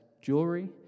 jewelry